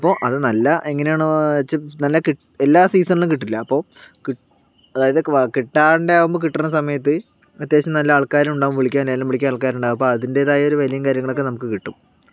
അപ്പൊൾ അത് നല്ല എങ്ങനെയാണോ വച്ചാൽ എല്ലാ സീസണിലും കിട്ടില്ല അപ്പൊൾ കിട്ടു അതായത് കിട്ടാണ്ടാകുമ്പോൾ കിട്ടണ സമയത്തു അത്യാവശ്യം നല്ല ആൾക്കാരും ഉണ്ടാകും വിളിക്കാനും വിളിക്കാനൊക്കെ അപ്പൊൾ അതിൻ്റെതായൊരു വിലയും കാര്യങ്ങളൊക്കെ കിട്ടും